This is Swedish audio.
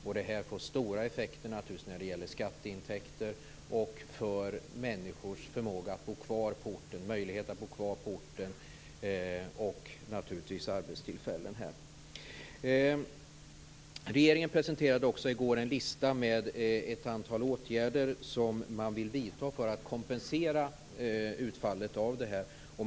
Det får naturligtvis stora effekter när det gäller skatteintäkter, arbetstillfällen och människors möjligheter att bo kvar på orten. Regeringen presenterade också i går en lista med ett antal åtgärder som man vill vidta för att kompensera utfallet av detta.